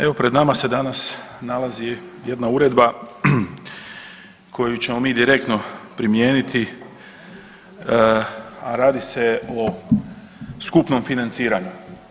Evo pred nama se danas nalazi jedna uredba koju ćemo mi direktno primijeniti, a radi se o skupnom financiranju.